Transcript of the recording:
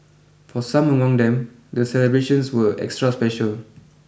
for some among them the celebrations were extra special